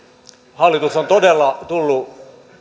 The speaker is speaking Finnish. hallitus on todella tullut